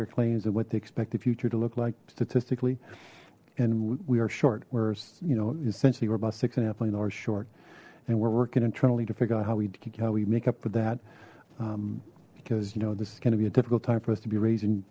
claims and what they expect the future to look like statistically and we are short whereas you know essentially we're about six and half million are short and we're working internally to figure out how we can make up for that because you know this is going to be a difficult time for us to be raising